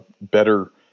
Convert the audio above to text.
better